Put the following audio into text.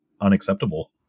unacceptable